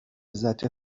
لذت